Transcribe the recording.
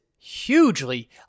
Hugely